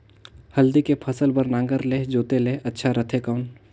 हल्दी के फसल बार नागर ले जोते ले अच्छा रथे कौन?